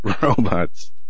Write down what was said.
robots